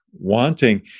Wanting